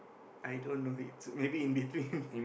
I don't know it's maybe in between